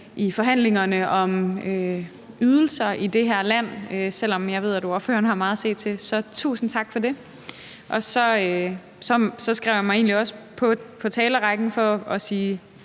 i forhandlingerne om ydelser i det her land, selv om jeg ved, at ordføreren har meget at se til, så tusind tak for det. Og så skrev jeg mig egentlig også ind i talerrækken for at sige